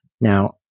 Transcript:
Now